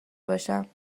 باشم